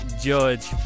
judge